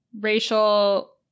racial